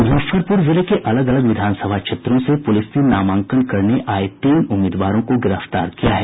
मुजफ्फरपुर जिले के अलग अलग विधानसभा क्षेत्रों से पुलिस ने नामांकन करने आये तीन उम्मीदवारों को गिरफ्तार किया है